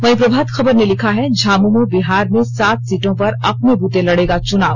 वहीं प्रभात खबर ने लिखा है झामुमो बिहार में सात सीटों पर अपने बूते लडेगा चुनाव